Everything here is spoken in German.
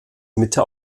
mitte